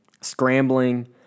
scrambling